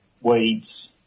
weeds